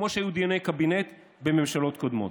כמו שהיו דיוני קבינט גם בממשלות קודמות.